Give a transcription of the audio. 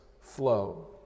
flow